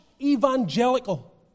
evangelical